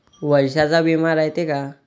वर्षाचा बिमा रायते का?